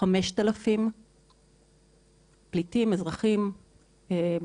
5,000 פליטים, אזרחים,